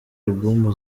album